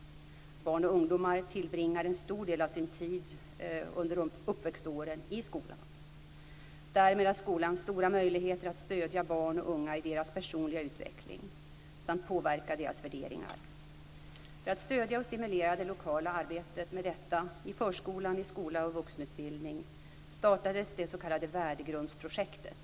Barn och ungdomar tillbringar en stor del av sin tid under uppväxtåren i skolan. Därmed har skolan stora möjligheter att stödja barn och unga i deras personliga utveckling samt påverka deras värderingar. För att stödja och stimulera det lokala arbetet med detta i förskola, skola och vuxenutbildning startades det s.k. värdegrundsprojektet.